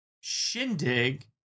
Shindig